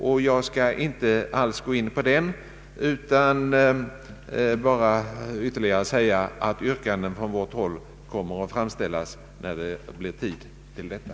Jag skall därför inte alls gå in på den utan bara säga att yrkanden från vårt håll kommer att framställas när det blir tillfälle till detta.